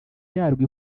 yarwo